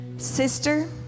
Sister